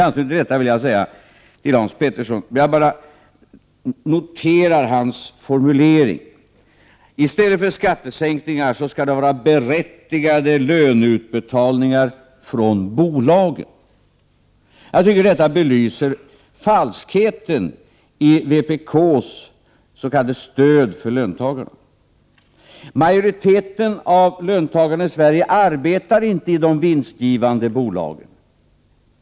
I anslutning till detta vill jag säga till Hans Petersson att jag bara noterar hans formulering att det i stället för skattesänkningar skall vara berättigade löneutbetalningar från bolagen. Detta belyser falskheten i vpk:s s.k. stöd för löntagarna. Majoriteten av löntagarna i Sverige arbetar inte i de vinstgivande bolagen.